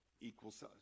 equals